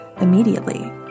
immediately